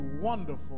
wonderful